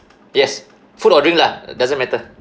yes food or drink lah doesn't matter